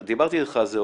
דיברתי איתך על זה,